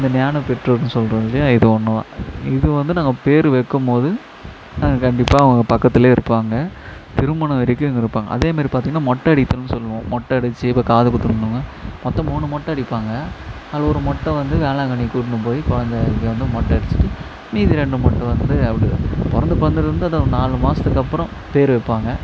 இந்த ஞானப்பெற்றோருன்னு சொல்கிறோம் இல்லையா இது ஒன்றுதான் இது வந்து நாங்கள் பேர் வைக்கம்போது நாங்கள் கண்டிப்பாக அவங்க பக்கத்துலேயே இருப்பாங்க திருமணம் வரைக்கும் இங்கே இருப்பாங்க அதேமாதிரி பார்த்திங்கன்னா மொட்டை அடித்தலுன்னு சொல்வோம் மொட்டை அடித்து இப்போ காது குத்தணும்பாங்க மொத்தம் மூணு மொட்டை அடிப்பாங்க அதில் ஒரு மொட்டை வந்து வேளாங்கண்ணிக்கு கூட்டுன்னுப்போய் கொழந்தைக்கு வந்து மொட்டை அடிச்சுட்டு மீதி ரெண்டு மொட்டை வந்து அப்படிதான் பிறந்த கொழந்தைலருந்து அந்த நாலு மாசத்துக்கப்புறம் பேர் வைப்பாங்க